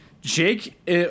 Jake